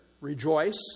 rejoice